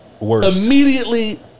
immediately